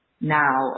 now